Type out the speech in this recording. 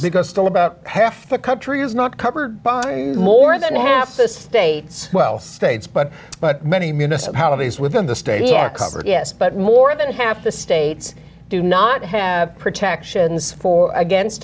still about half the country is not covered by more than half the states well states but but many municipalities within the state yeah cover it yes but more than half the states do not have protections for against